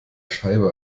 scheibe